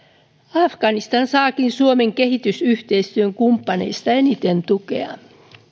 afganistan saakin suomen kehitysyhteistyökumppaneista eniten tukea